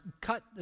cut